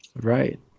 Right